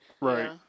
right